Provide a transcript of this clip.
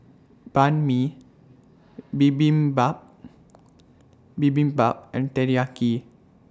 Banh MI Bibimbap Bibimbap and Teriyaki